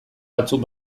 batzuk